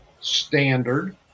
standard